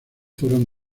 fueron